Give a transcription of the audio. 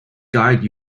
guide